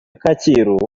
kacyiru